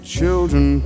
Children